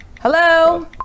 hello